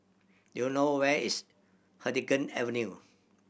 do you know where is Huddington Avenue